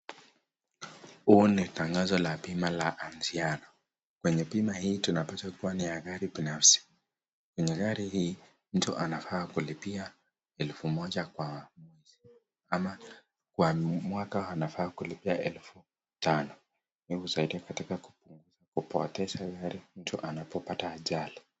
Huu ni tangazo la bima ya anziano kwenye bima hii tunapata kuwa ni ya gari nyeusi. Kwenye gari hii mtu anafaa kulipia elfu moja kwa mwezi ama kwa mwaka anafaa kulipia elfu tano. Hii husaidia katika kupoteza gari mtu anapopata ajali.